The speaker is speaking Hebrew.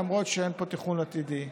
למרות שאין פה תכנון עתידי.